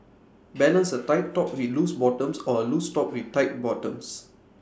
balance A tight top with loose bottoms or A loose top with tight bottoms